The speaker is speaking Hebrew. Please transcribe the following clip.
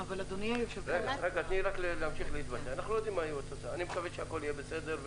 אני מקווה שהכול יהיה בסדר,